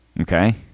okay